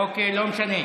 אוקיי, לא משנה.